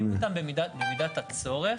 במידת הצורך.